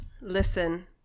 listen